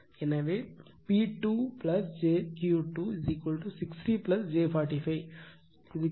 எனவே P2 j Q 2 60 j 45 KVA இல்